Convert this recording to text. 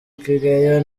kageyo